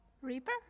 Reaper